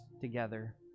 together